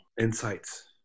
insights